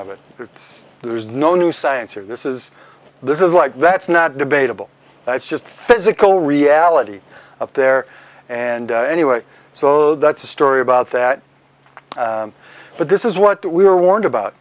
it it's there is no new science or this is this is like that's not debatable that's just physical reality up there and anyway so that's a story about that but this is what we were warned about